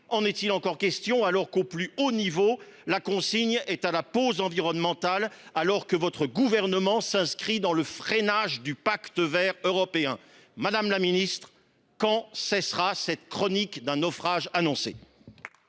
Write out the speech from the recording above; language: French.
En est il encore question, alors que, au plus haut niveau, la consigne est à la pause environnementale et que votre gouvernement participe au freinage du Pacte vert pour l’Europe ? Madame la ministre, quand cessera cette chronique d’un naufrage annoncé ?